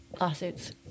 lawsuits